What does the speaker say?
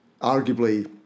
Arguably